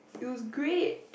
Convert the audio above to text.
it was great